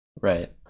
Right